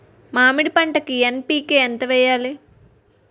మామిడి పంటకి ఎన్.పీ.కే ఎంత వెయ్యాలి?